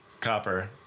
Copper